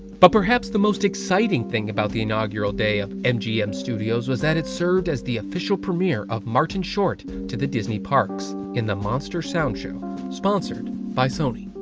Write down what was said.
but perhaps the most exciting thing about the inaugural day of mgm studios, was that it served as the official premiere of martin short to the disney parks. the monster sound show sponsored by sony,